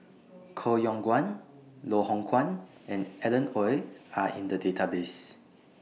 Koh Yong Guan Loh Hoong Kwan and Alan Oei Are in The Database